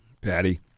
Patty